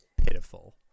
pitiful